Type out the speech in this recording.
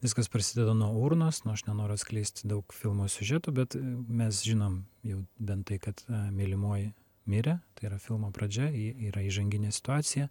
viskas prasideda nuo urnos nu aš nenoriu atskleisti daug filmo siužeto bet mes žinom jau bent tai kad mylimoji mirė tai yra filmo pradžia ji yra įžanginė situacija